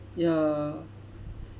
ya